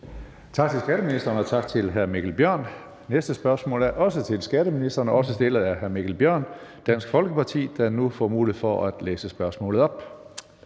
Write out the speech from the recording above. Tak til skatteministeren, og tak til hr. Mikkel Bjørn. Det næste spørgsmål er også til skatteministeren og er også stillet af hr. Mikkel Bjørn, Dansk Folkeparti. Kl. 14:49 Spm. nr.